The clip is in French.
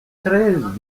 treize